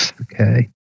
Okay